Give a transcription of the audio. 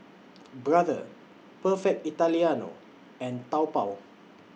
Brother Perfect Italiano and Taobao